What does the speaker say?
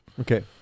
Okay